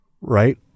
right